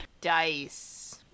dice